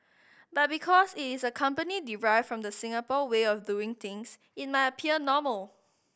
but because it is a company derived from the Singapore way of doing things it might appear normal